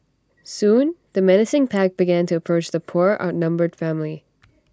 soon the menacing pack began to approach the poor outnumbered family